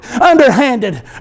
underhanded